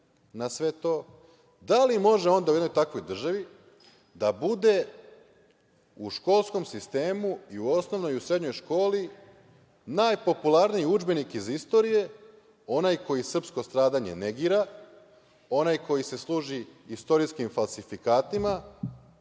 na sve to, da li može onda u jednoj takvoj državi da bude u školskom sistemu i u osnovnoj i u srednjoj školi, najpopularniji udžbenik iz istorije, onaj koji srpsko stradanje negira, onaj koji se služi istorijskim falsifikatima,